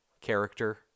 character